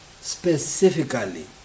specifically